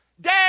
Dad